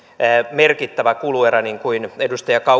merkittävä kuluerä niin kuin edustaja